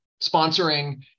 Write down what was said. sponsoring